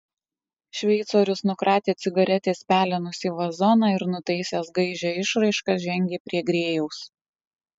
šveicorius nukratė cigaretės pelenus į vazoną ir nutaisęs gaižią išraišką žengė prie grėjaus